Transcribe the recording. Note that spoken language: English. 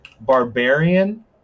barbarian